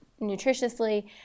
nutritiously